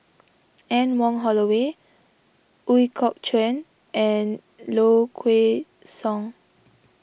Anne Wong Holloway Ooi Kok Chuen and Low Kway Song